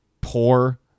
poor